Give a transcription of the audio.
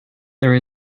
there